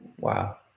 Wow